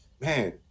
Man